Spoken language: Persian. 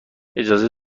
اجازه